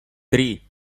три